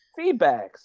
Feedbacks